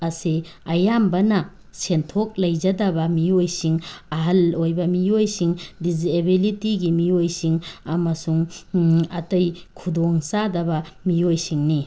ꯑꯁꯤ ꯑꯌꯥꯝꯕꯅ ꯁꯦꯟꯊꯣꯛ ꯂꯩꯖꯗꯕ ꯃꯤꯑꯣꯏꯁꯤꯡ ꯑꯍꯟ ꯑꯣꯏꯕ ꯃꯤꯑꯣꯏꯁꯤꯡ ꯗꯤꯁꯑꯦꯕꯤꯂꯤꯇꯤꯒꯤ ꯃꯤꯑꯣꯏꯁꯤꯡ ꯑꯃꯁꯨꯡ ꯑꯇꯩ ꯈꯨꯗꯣꯡ ꯆꯥꯗꯕ ꯃꯤꯑꯣꯏꯁꯤꯡꯅꯤ